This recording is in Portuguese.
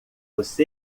você